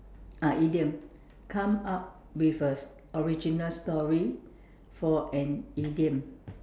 ah idiom come up with a original story for an idiom